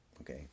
Okay